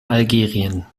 algerien